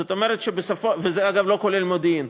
זאת אומרת, בסופו, וזה, אגב, לא כולל את מודיעין.